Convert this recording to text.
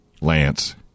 Lance